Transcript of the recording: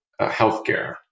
healthcare